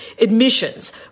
Admissions